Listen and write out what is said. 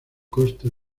coste